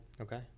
Okay